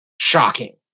shocking